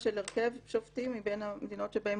של הרכב שופטים מבין המדינות שבהן